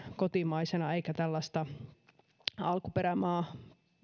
kotimaisena eikä tällaista alkuperämaapesua